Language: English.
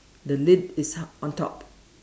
the lid is ha~ on top